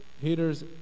Haters